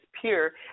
pure